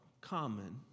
common